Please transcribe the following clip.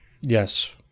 Yes